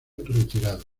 retirado